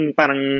parang